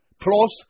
plus